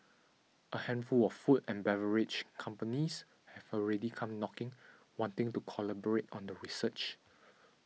a handful of food and beverage companies have already come knocking wanting to collaborate on the research